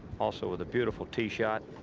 also ah the beautiful tee shot.